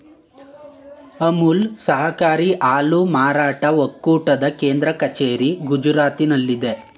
ಅಮುಲ್ ಸಹಕಾರಿ ಹಾಲು ಮಾರಾಟ ಒಕ್ಕೂಟದ ಕೇಂದ್ರ ಕಚೇರಿ ಗುಜರಾತ್ನಲ್ಲಿದೆ